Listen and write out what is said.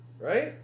right